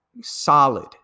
solid